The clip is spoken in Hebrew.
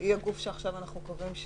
שהיא הגוף שעכשיו אנחנו קובעים,